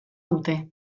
dute